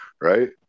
right